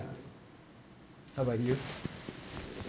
how about you